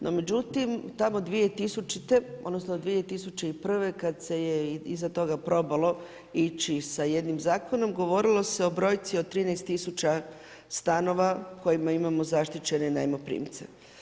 No međutim, tamo 2000. odnosno 2001. kada se je iza toga probalo ići s jednim zakonom govorilo se o brojci od 13000 stanova u kojima imamo zaštićene najmoprimce.